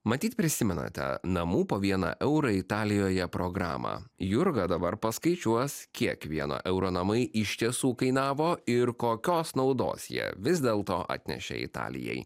matyt prisimenate namų po vieną eurą italijoje programą jurga dabar paskaičiuos kiek vieno euro namai iš tiesų kainavo ir kokios naudos jie vis dėlto atnešė italijai